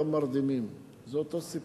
גם מרדימים זה אותו סיפור.